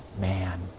man